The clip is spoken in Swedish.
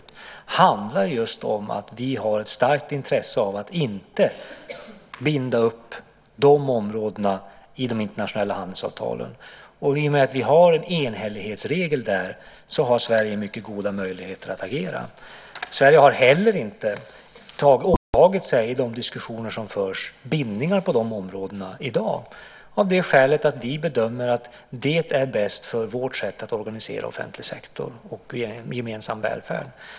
Det handlar om att vi har ett starkt intresse av att inte binda upp de områdena i de internationella handelsavtalen. I och med att vi har en enhällighetsregel där har Sverige mycket goda möjligheter att agera. Sverige har inte heller åtagit sig, i de diskussioner som förs, bindningar på de områdena i dag. Det är av det skälet att vi bedömer att det är bäst för vårt sätt att organisera offentlig sektor och en gemensam välfärd.